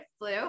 blue